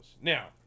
now